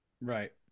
Right